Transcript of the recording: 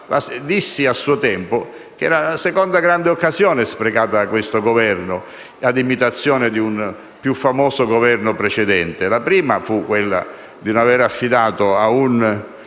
Dissi a suo tempo che era la seconda grande occasione sprecata da questo Governo, a paragone con un più famoso Governo precedente: la prima fu quella di non aver affidato a un